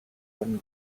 one